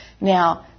Now